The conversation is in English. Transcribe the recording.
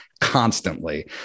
constantly